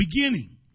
beginning